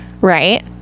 right